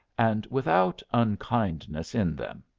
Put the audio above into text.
and without unkindness in them.